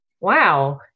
wow